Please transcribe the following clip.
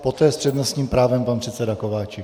Poté s přednostním právem pan předseda Kováčik.